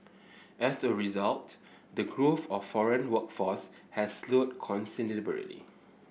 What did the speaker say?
as a result the growth of foreign workforce has slowed considerably